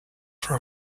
for